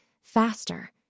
faster